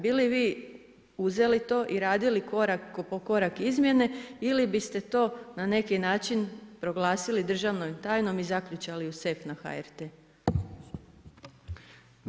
Bili vi uzeli to i radili korak po korak izmijene ili bi ste to na neki način proglasili državnom tajnom i zaključali u sef na HRT-e.